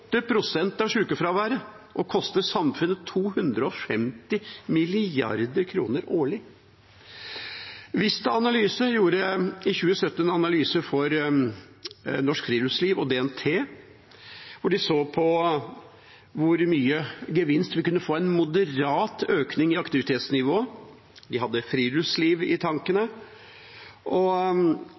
pst. av sjukefraværet og koster samfunnet 250 mrd. kr årlig. Vista Analyse gjorde i 2017 en analyse for Norsk Friluftsliv og DNT der de så på hvor mye gevinst vi kunne få av en moderat økning i aktivitetsnivået. De hadde friluftsliv i tankene og